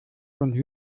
und